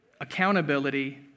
accountability